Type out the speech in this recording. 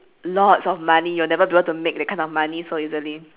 lots of money you'll never be able to make that kind of money so easily